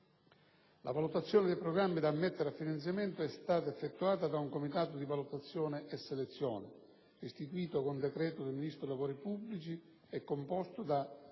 La valutazione dei programmi da ammettere a finanziamento è stata effettuata da un «Comitato di valutazione e selezione», istituito con decreto del Ministro dei lavori pubblici, composto da: